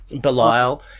belial